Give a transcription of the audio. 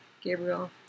Gabriel